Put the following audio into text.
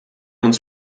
uns